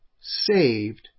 saved